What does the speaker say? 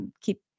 keep